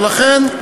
ולכן,